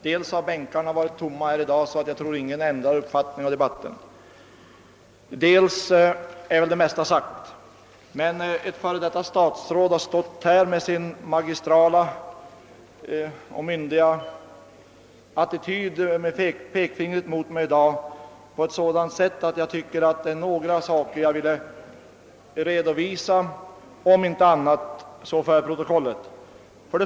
Dels har bänkarna varit tomma i dag, varför jag förmodar att ingen har någon nämnvärd uppfattning om debatten, och dels är det mesta redan sagt. Ett före detta statsråd har emellertid i dag stått i talarstolen och med magistral och myndig attityd riktat sitt pekfinger mot mig på ett sådant sätt att jag anser mig vilja redovisa min uppfattning, om inte annat så för protokollet.